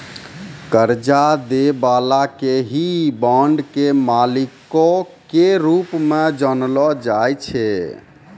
कर्जा दै बाला के ही बांड के मालिको के रूप मे जानलो जाय छै